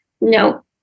no